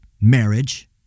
marriage